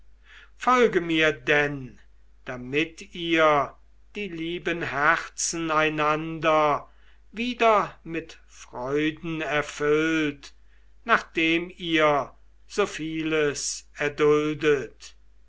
folge mir denn damit ihr die lieben herzen einander wieder mit freuden erfüllt nachdem ihr so vieles erduldet